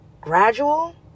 gradual